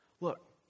Look